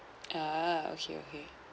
ah okay okay